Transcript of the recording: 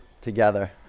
together